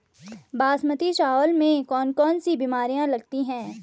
बासमती चावल में कौन कौन सी बीमारियां लगती हैं?